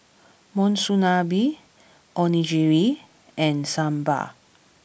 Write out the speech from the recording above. Monsunabe Onigiri and Sambar